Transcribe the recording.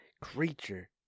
creature